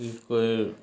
কি কৰি